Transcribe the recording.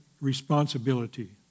responsibility